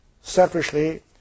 selfishly